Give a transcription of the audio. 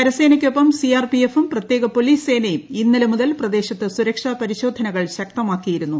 കരസേനയ്ക്കൊപ്പം C R P എഫും പ്രത്യേക police സേനയും ഇന്നലെ മുതൽ പ്രദേശത്ത് സുരക്ഷാ പരിശോധനകൾ ശക്തമാക്കിയിരുന്നു